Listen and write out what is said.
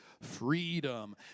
freedom